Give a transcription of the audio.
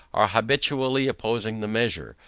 are habitually opposing the measure,